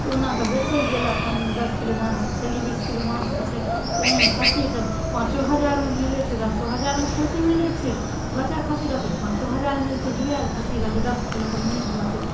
तऽ ओना कऽ बेचै गेल अपन दस किलो मासुके छै की बीस किलो मासुके छै तऽ ओनाहीमे खस्सी बेचल पाँचो हजारमे मिलै छै दसो हजारमे खस्सी मिलै छै बच्चा खस्सी रहतै तऽ पाँचो हजार शमे मिलतै जुआयल खस्सी रहतै दस किलोके मीट रहतै